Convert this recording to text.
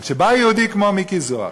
אבל כשבא יהודי כמו מיקי זוהר,